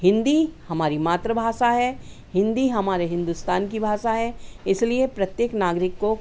हिन्दी हमारी मातृभाषा है हिन्दी हमारे हिन्दुस्तान की भाषा है इसलिए प्रत्येक नागरिक को